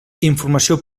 informació